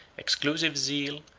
exclusive zeal,